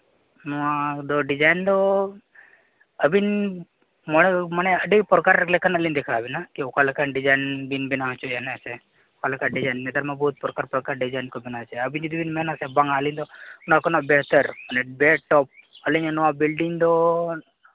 ᱱᱚᱣᱟᱫᱚ ᱰᱤᱡᱟᱭᱤᱱ ᱫᱚ ᱟᱹᱵᱤᱱ ᱢᱚᱬᱮ ᱢᱟᱱᱮ ᱟᱹᱰᱤ ᱯᱨᱚᱠᱟᱨ ᱞᱮᱠᱟᱱᱟᱜ ᱞᱤᱧ ᱫᱮᱠᱷᱟᱣ ᱟᱵᱮᱱᱟ ᱠᱤ ᱚᱠᱟ ᱞᱮᱠᱟᱱ ᱰᱤᱡᱟᱭᱤᱱ ᱵᱤᱱ ᱵᱮᱱᱟᱣ ᱦᱚᱪᱚᱭᱟ ᱦᱮᱸ ᱥᱮ ᱚᱠᱟ ᱞᱮᱠᱟ ᱰᱤᱡᱟᱭᱤᱱ ᱱᱮᱛᱟᱨ ᱢᱟ ᱵᱚᱦᱩᱫ ᱯᱨᱚᱠᱟᱨ ᱯᱨᱚᱠᱟᱨ ᱰᱤᱡᱟᱭᱤᱱ ᱠᱚ ᱵᱮᱱᱟᱣ ᱦᱚᱪᱚᱭᱟ ᱟᱹᱵᱤᱱ ᱡᱩᱫᱤ ᱵᱮᱱ ᱢᱮᱱᱟᱥᱮ ᱵᱟᱝᱟ ᱟᱹᱞᱤᱧ ᱫᱚ ᱚᱱᱟ ᱠᱷᱚᱱᱟᱜ ᱵᱮᱦᱮᱛᱟᱨ ᱵᱮᱥᱴᱯ ᱚᱯᱷ ᱟᱹᱞᱤᱧᱟᱜ ᱱᱚᱣᱟ ᱵᱮᱞᱰᱤᱝ ᱫᱚ